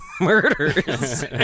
murders